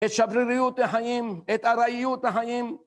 את שבריריות החיים, את ארעיות החיים.